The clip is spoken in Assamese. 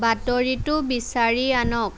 বাতৰিটো বিচাৰি আনক